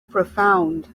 profound